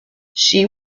she